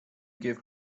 give